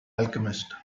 alchemist